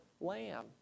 Lamb